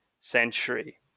century